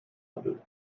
handelt